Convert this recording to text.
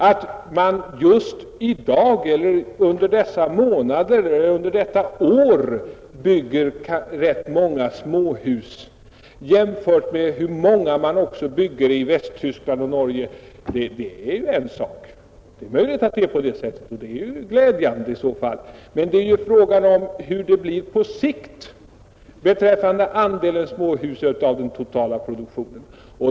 Att man just i dag, under dessa månader eller under detta år, bygger rätt många småhus jämfört med hur många man bygger i Västtyskland och Norge är ju en sak. Det är möjligt att det är på det sättet som statsrådet sade i detta avseende, och det är glädjande i och för sig. Men det är fråga om hur det blir på sikt beträffande andelen småhus av den totala produktionen.